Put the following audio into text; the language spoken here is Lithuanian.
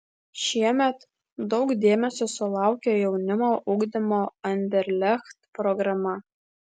šiemet daug dėmesio sulaukė jaunimo ugdymo anderlecht programa